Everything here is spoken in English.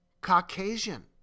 Caucasian